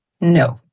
No